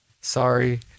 sorry